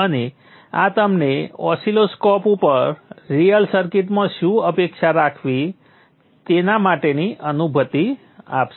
અને આ તમને ઓસિલોસ્કોપ ઉપર રીઅલ સર્કિટમાં શું અપેક્ષા રાખવી તેના માટેની અનુભૂતિ આપશે